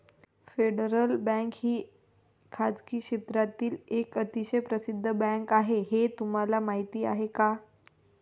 Federal Bank ही खासगी क्षेत्रातील एक अतिशय प्रसिद्ध बँक आहे हे तुम्हाला माहीत आहे का?